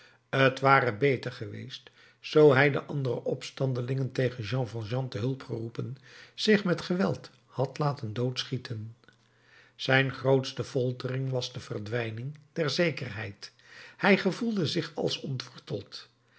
t ware beter geweest zoo hij de andere opstandelingen tegen jean valjean te hulp geroepen zich met geweld had laten doodschieten zijn grootste foltering was de verdwijning der zekerheid hij gevoelde zich als